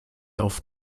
auf